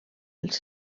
els